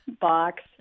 box